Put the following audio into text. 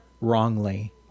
wrongly